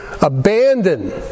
abandon